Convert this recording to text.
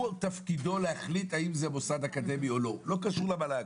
תפקידו להחליט האם זה מוסד אקדמי או לא בלי קשר למל"ג.